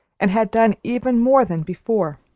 and had done even more than before.